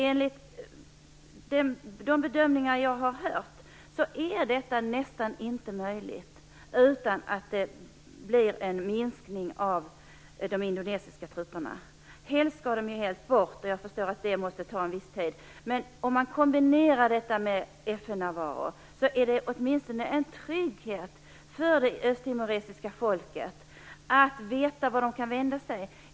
Enligt de bedömningar jag har hört är detta nästan inte möjligt utan att det blir en minskning av de indonesiska trupperna. Helst skall de helt bort. Jag förstår att det måste ta en viss tid. Men om man kombinerar detta med FN-närvaro är det åtminstone en trygghet för det östtimoresiska folket, så att de vet vart de kan vända sig.